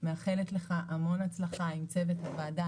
מאחלת לך המון הצלחה עם צוות הוועדה,